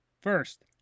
First